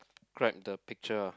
~cribe the picture